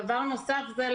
דבר נוסף זה,